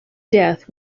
death